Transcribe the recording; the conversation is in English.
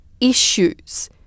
issues